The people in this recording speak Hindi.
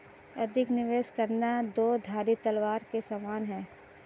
अधिक निवेश करना दो धारी तलवार के समान है